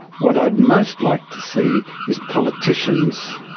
what i'd most like to see is politicians,